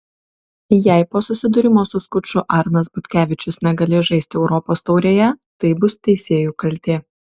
jei po susidūrimo su skuču arnas butkevičius negalės žaisti europos taurėje tai bus teisėjų kaltė